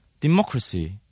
democracy